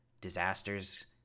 disasters